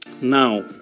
Now